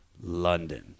London